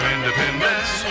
Independence